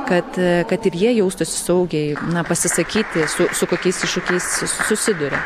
kad kad ir jie jaustųsi saugiai na pasisakyti su su kokiais iššūkiais susiduria